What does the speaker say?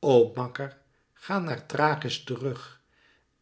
o makker ga naar thrachis terug